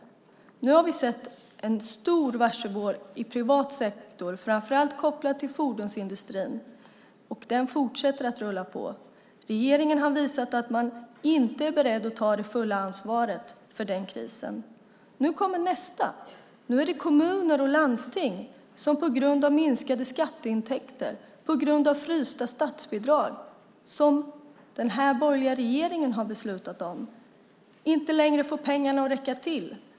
Nu har vi sett en stor varselvåg i privat sektor, framför allt kopplad till fordonsindustrin, och den fortsätter rulla på. Regeringen har visat att man inte är beredd att ta det fulla ansvaret för den krisen. Nu kommer nästa. Nu är det kommuner och landsting som på grund av minskade skatteintäkter och frysta statsbidrag som den här borgerliga regeringen har beslutat om inte längre får pengarna att räcka till.